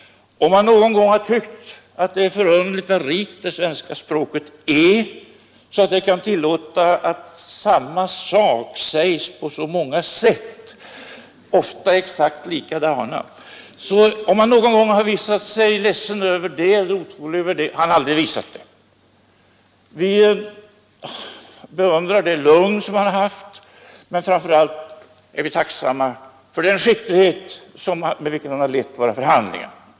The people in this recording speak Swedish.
Om han någon gång har tyckt att det är förunderligt att svenska språket är så rikt att det kan tillåta att samma sak sägs på så många sätt, ofta exakt likadana, och om han någon gång har blivit ledsen eller otålig över det, så har han i varje fall aldrig visat det. Vi beundrar också hans lugn. Men framför allt är vi tacksamma för den skicklighet med vilken han har lett våra förhandlingar.